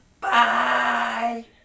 bye